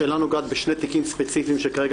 השאלה נוגעת בשני תיקים ספציפיים שכרגע